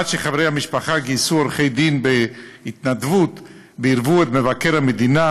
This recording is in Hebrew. עד שחברי המשפחה גייסו עורכי-דין בהתנדבות ועירבו את מבקר המדינה.